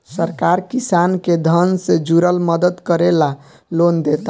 सरकार किसान के धन से जुरल मदद करे ला लोन देता